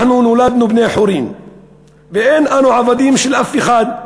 אנחנו נולדנו בני-חורין ואין אנו עבדים של אף אחד,